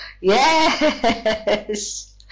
Yes